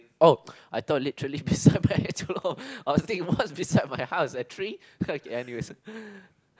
oh I thought literally beside my actual home I was thinking what's beside my house a tree no it's the n_u_s one